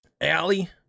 Allie